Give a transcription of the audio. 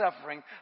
suffering